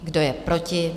Kdo je proti?